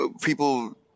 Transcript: people